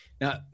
Now